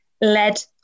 led